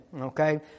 okay